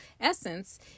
essence